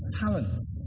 talents